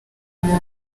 umuntu